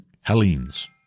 Hellenes